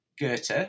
Goethe